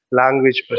language